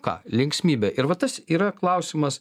ką linksmybė ir vardas yra klausimas